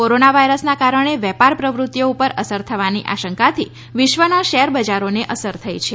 corona વાયરસના કારણે વેપાર પ્રવૃત્તિઓ ઉપર અસર થવાની આશંકાથી વિશ્વના શેરબજારોને અસર થઈ છે